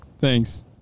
Thanks